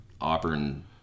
Auburn